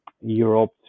Europe